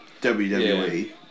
WWE